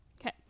Okay